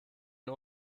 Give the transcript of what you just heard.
den